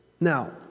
Now